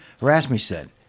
Rasmussen